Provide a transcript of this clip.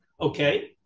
Okay